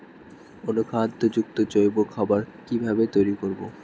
অনুখাদ্য যুক্ত জৈব খাবার কিভাবে তৈরি করব?